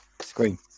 screen